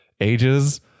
ages